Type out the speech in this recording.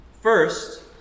first